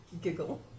giggle